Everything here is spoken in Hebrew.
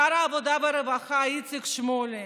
שר העבודה והרווחה איציק שמולי,